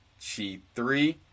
g3